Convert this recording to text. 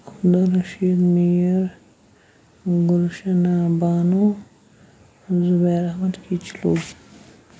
Abdul Rashid Mir Gulshana Bano Zubair Ahmad Kichloo